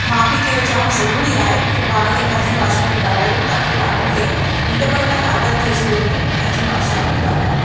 माउ पीउ खे जामु ज़रूरी आहे की ॿार खे पंहिंजी भाषा में ॻाल्हायूं ताकी ॿार खे नढपिणु खां ई आदत पइजी वञे पंहिंजी भाषा में ॻाल्हाइणु